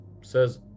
says